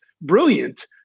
brilliant